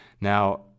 Now